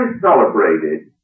celebrated